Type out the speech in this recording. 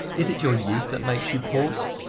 is it your youth that makes you pause?